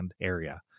area